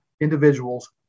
individuals